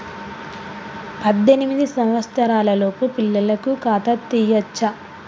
పద్దెనిమిది సంవత్సరాలలోపు పిల్లలకు ఖాతా తీయచ్చా?